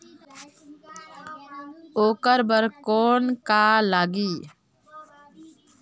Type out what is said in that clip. ओकर बर कौन का लगी?